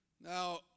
Now